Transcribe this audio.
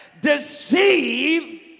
deceive